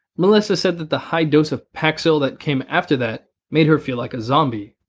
melissa said that the high dose of paxil that came after that made her feel like a zombie.